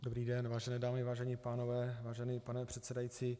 Dobrý den, vážené dámy, vážení pánové, vážený pane předsedající.